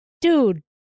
dude